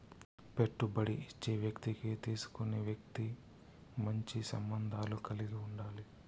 పెట్టుబడి ఇచ్చే వ్యక్తికి తీసుకునే వ్యక్తి మంచి సంబంధాలు కలిగి ఉండాలి